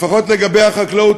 לפחות לגבי החקלאות,